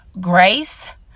grace